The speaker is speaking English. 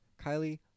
Kylie